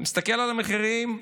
אתה מסתכל על המחירים,